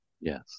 Yes